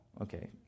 Okay